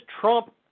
Trump